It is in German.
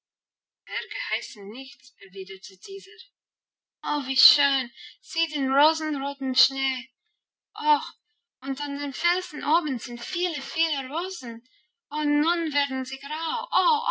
nicht erwiderte dieser o wie schön sieh den rosenroten schnee oh und an den felsen oben sind viele viele rosen oh nun werden sie grau